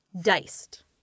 diced